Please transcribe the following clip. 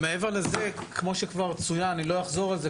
מעבר לזה, כמו שכבר צוין, אני לא אחזור על זה,